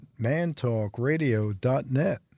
mantalkradio.net